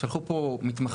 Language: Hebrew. שלחו פה מתמחה